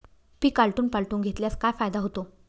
पीक आलटून पालटून घेतल्यास काय फायदा होतो?